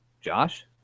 josh